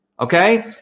Okay